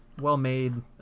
well-made